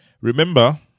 Remember